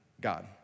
God